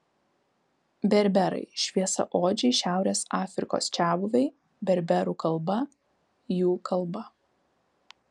berberai šviesiaodžiai šiaurės afrikos čiabuviai berberų kalba jų kalba